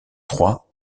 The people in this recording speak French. trois